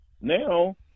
now